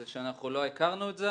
זה שאנחנו לא הכרנו את זה,